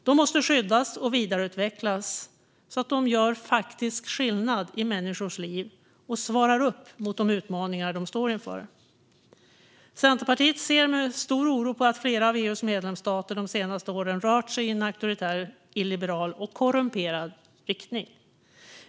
De måste skyddas och vidareutvecklas så att de gör faktisk skillnad i människors liv och svarar upp mot de utmaningar de står inför. Centerpartiet ser med stor oro på att flera av EU:s medlemsstater de senaste åren rört sig i en auktoritär, illiberal och korrumperad riktning.